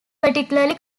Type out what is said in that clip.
particularly